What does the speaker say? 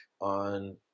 on